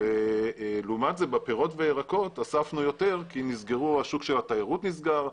לעומת זאת בפירות וירקות אספנו יותר כי השוק של התיירות נסגר,